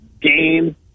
game